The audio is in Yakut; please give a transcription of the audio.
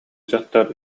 дьахтар